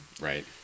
right